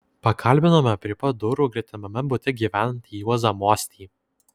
pakalbinome prie pat durų gretimame bute gyvenantį juozą mostį